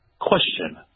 question